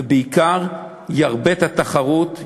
ובעיקר ירבה את התחרות,